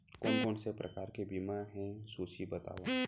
कोन कोन से प्रकार के बीमा हे सूची बतावव?